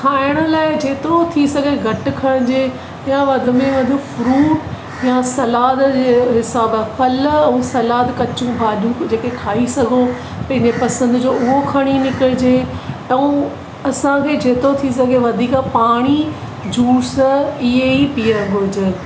खाइण लाइ जेतिरो थी सघे घटि खणिजे या वधि में वधि फ्रूट या सलाद जे हिसाबु फल ऐं सलाद कचियूं भाॼियूं जेके खाई सघो पंहिंजे पसंदि जो उहो खणी निकिरजे ऐं असांखे जेतिरो थी सघे वधीक पाणी जूस इहे ई पीअण घुरजनि